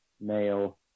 male